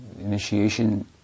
initiation